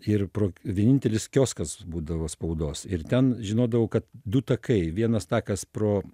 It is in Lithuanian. ir pro vienintelis kioskas būdavo spaudos ir ten žinodavau kad du takai vienas takas pro